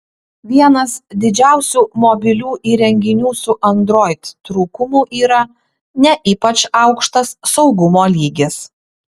vienas didžiausių mobilių įrenginių su android trūkumų yra ne ypač aukštas saugumo lygis